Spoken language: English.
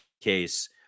case